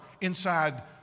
inside